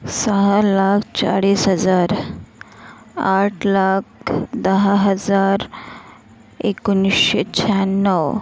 सहा लाख चाळीस हजार आठ लाख दहा हजार एकोणीसशे शहाण्णव